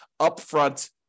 upfront